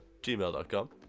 gmail.com